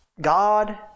God